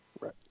Right